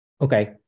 Okay